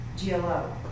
glo